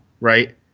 right